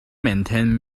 maintained